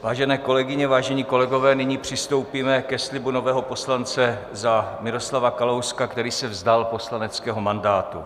Vážené kolegyně, vážení kolegové, nyní přistoupíme ke slibu nového poslance za Miroslava Kalouska, který se vzdal poslaneckého mandátu.